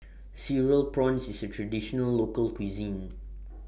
Cereal Prawns IS A Traditional Local Cuisine